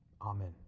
Amen